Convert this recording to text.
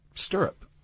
stirrup